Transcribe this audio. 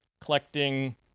collecting